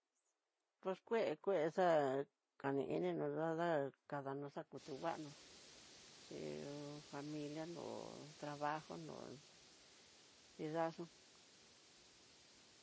Kox kue kuexa'a, kani ininró dada, kadanro xakundu nguano, familia xhi familia nró trabajo nró nridaxun.